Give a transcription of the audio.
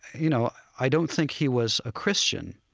you know, i don't think he was a christian.